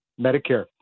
Medicare